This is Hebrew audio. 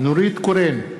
נורית קורן,